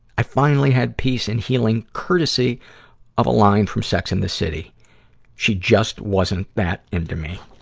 i finally had peace and healing courtesy of a line from sex and the city she just wasn't that into me.